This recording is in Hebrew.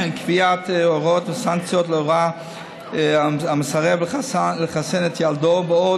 קביעת הוראות וסנקציות להורה המסרב לחסן את ילדו ועוד,